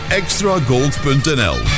extragold.nl